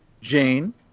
Jane